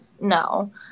no